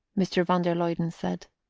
mr. van der luyden said,